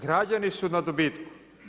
Građani su na dobitku.